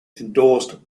endorsed